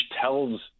tells